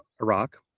Iraq